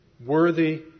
Worthy